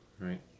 right